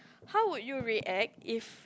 how would you react if